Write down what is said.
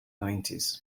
nineties